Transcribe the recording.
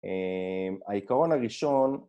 העיקרון הראשון